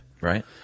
Right